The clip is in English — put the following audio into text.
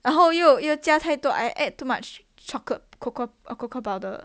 然后又要加太多 I add too much chocolate cocoa cocoa powder